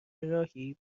راهی